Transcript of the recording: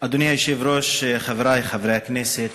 אדוני היושב-ראש, חברי חברי הכנסת,